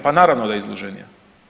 Pa naravno da je izloženija.